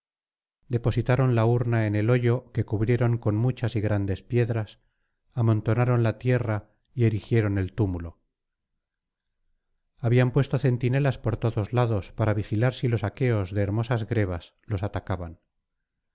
depositaron la urna en el hoyo que cubrieron con muchas y grandes piedras amontonaron la tierra y erigieron el túmulo habían puesto centinelas por todos lados para vigilar si los aqueos de hermosas grebas los atacaban